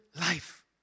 life